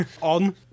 on